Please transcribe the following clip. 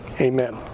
Amen